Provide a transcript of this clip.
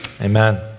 Amen